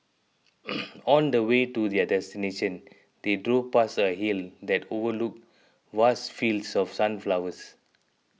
on the way to their destination they drove past a hill that overlooked vast fields of sunflowers